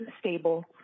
stable